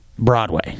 Broadway